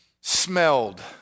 smelled